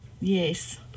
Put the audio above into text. Yes